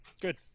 Good